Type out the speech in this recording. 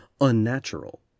unnatural